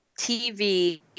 TV